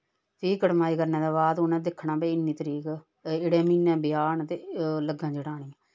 फ्ही कड़माई करने दे बाद उ'नें दिक्खना भाई इन्नी तरीक एकड़ै म्हीने ब्याह् न ते लग्गां जड़ानियां